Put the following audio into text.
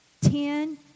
Ten